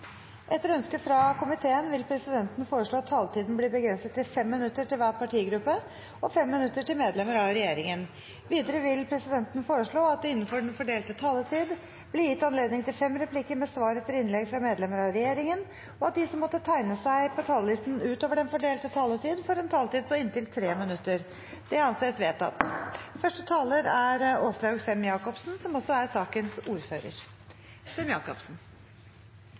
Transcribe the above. Etter ønske fra familie- og kulturkomiteen vil presidenten foreslå at taletiden blir begrenset til 5 minutter til hver partigruppe og 5 minutter til medlemmer av regjeringen. Videre vil presidenten foreslå at det – innenfor den fordelte taletid – blir gitt anledning til inntil fem replikker med svar etter innlegg fra medlemmer av regjeringen, og at de som måtte tegne seg på talerlisten utover den fordelte taletid, får en taletid på inntil 3 minutter. – Det anses vedtatt. Som